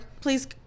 Please